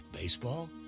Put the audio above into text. baseball